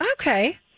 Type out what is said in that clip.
Okay